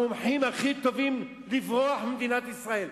המומחים הכי טובים, לברוח ממדינת ישראל?